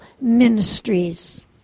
ministries